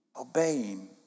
obeying